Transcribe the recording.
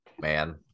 Man